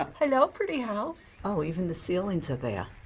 hello, pretty house. oh, even the ceilings are there.